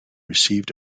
received